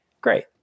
great